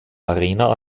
arena